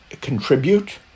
contribute